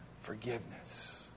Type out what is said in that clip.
forgiveness